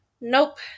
Nope